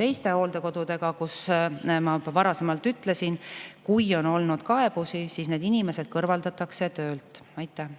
teiste hooldekodudega. Ma enne ütlesin, et kui on kaebusi, siis need inimesed kõrvaldatakse töölt. Aitäh!